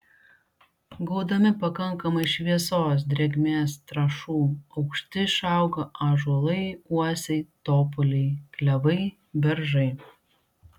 gaudami pakankamai šviesos drėgmės trąšų aukšti išauga ąžuolai uosiai topoliai klevai beržai